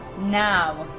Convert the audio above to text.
now.